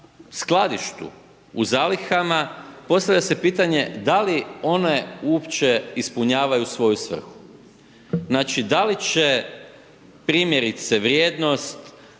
u zalihama, postavlja se pitanje da li one uopće ispunjavaju svoju svrhu. Znači da li će primjerice vrijednost